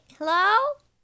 Hello